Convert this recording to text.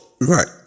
Right